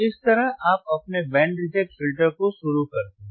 इस तरह आप अपने बैंड रिजेक्ट फिल्टर को शुरू करते हैं